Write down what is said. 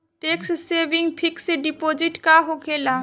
Tax saving fix deposit का होखे ला?